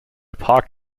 parked